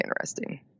interesting